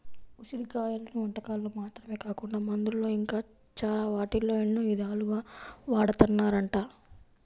ఉసిరి కాయలను వంటకాల్లో మాత్రమే కాకుండా మందుల్లో ఇంకా చాలా వాటిల్లో ఎన్నో ఇదాలుగా వాడతన్నారంట